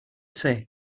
say